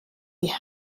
die